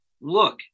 look